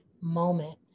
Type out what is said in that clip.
moment